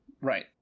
right